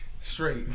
Straight